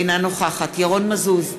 אינה נוכחת ירון מזוז,